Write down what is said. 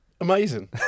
Amazing